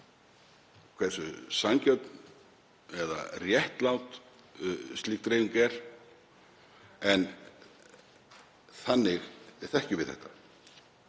hversu sanngjörn eða réttlát slík dreifing er, en þannig þekkjum við þetta.